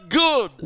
good